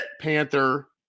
Panther